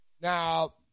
Now